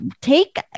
take